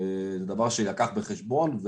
זה דבר שיילקח בחשבון,